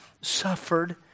suffered